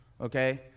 Okay